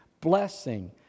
blessing